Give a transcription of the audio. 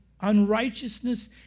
unrighteousness